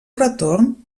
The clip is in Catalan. retorn